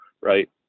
right